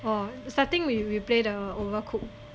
orh starting we play the overcooked